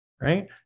Right